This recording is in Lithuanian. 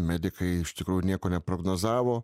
medikai iš tikrųjų nieko neprognozavo